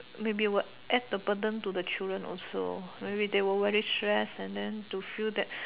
maybe will add the burden to the children also maybe they will very stress and then to feel that